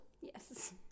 Yes